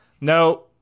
No